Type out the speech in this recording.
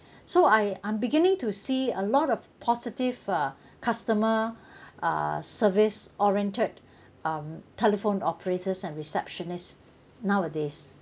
so I I'm beginning to see a lot of positive uh customer uh service oriented um telephone operators and receptionists nowadays